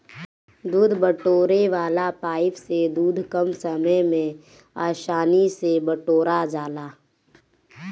दूध बटोरे वाला पाइप से दूध कम समय में आसानी से बटोरा जाला